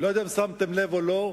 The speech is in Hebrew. אני לא יודע אם שמתם לב או לא,